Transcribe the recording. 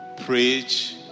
preach